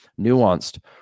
nuanced